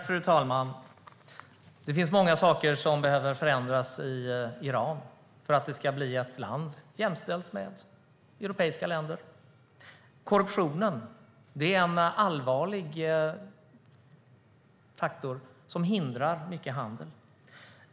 Fru talman! Det finns många saker som behöver förändras i Iran för att det ska bli ett land jämställt med europeiska länder. Korruptionen är en allvarlig faktor som hindrar mycket handel.